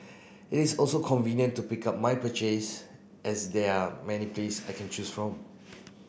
it is also convenient to pick up my purchase as there are many place I can choose from